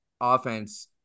offense